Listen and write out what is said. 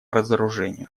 разоружению